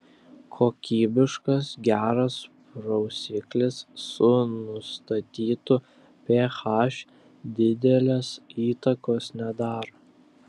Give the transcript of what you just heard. kokybiškas geras prausiklis su nustatytu ph didelės įtakos nedaro